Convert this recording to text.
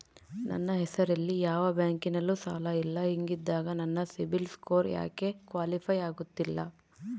ನನ್ನ ಹೆಸರಲ್ಲಿ ಯಾವ ಬ್ಯಾಂಕಿನಲ್ಲೂ ಸಾಲ ಇಲ್ಲ ಹಿಂಗಿದ್ದಾಗ ನನ್ನ ಸಿಬಿಲ್ ಸ್ಕೋರ್ ಯಾಕೆ ಕ್ವಾಲಿಫೈ ಆಗುತ್ತಿಲ್ಲ?